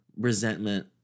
resentment